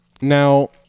Now